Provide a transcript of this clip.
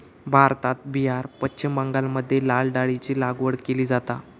भारतात बिहार, पश्चिम बंगालमध्ये लाल डाळीची लागवड केली जाता